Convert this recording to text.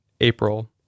April